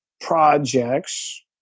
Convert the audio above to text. projects